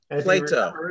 Plato